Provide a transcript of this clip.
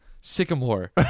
Sycamore